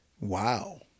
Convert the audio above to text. Wow